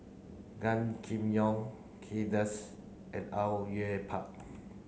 Gan Kim Yong Kay Das and Au Yue Pak